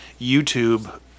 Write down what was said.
YouTube